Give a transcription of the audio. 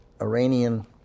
Iranian